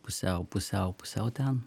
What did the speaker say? pusiau pusiau pusiau ten